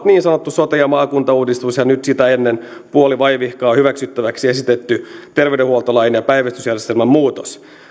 niin sanottu sote ja maakuntauudistus ja nyt sitä ennen puolivaivihkaa hyväksyttäväksi esitetty terveydenhuoltolain ja päivystysjärjestelmän muutos